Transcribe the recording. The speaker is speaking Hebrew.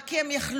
רק כי הן יכלו.